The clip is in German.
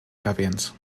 erwähnt